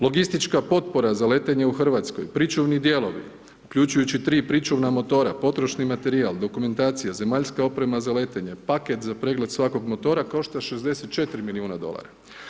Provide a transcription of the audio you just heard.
Logistička potpora za letenje u Hrvatskoj, pričuvni dijelovi uključujući tri pričuvna motora, potrošni materijal, dokumentacija, zemaljska oprema za letenje, paket za pregled svakog motora košta 64 milijuna dolara.